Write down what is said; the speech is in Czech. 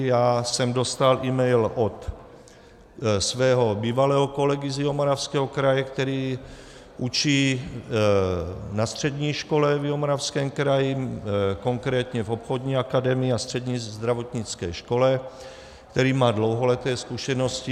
Já jsem dostal email od svého bývalého kolegy z Jihomoravského kraje, který učí na střední škole v Jihomoravském kraji, konkrétně v obchodní akademii a střední zdravotnické škole, který má dlouholeté zkušenosti.